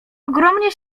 ogromnie